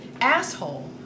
asshole